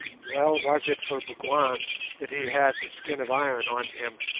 well was it for bougwan that he had the skin of iron on him,